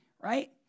Right